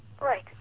right